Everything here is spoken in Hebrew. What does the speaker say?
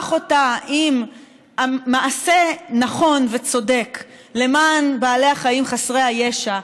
אותה עם מעשה נכון וצודק למען בעלי החיים חסרי הישע,